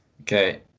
Okay